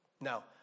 Now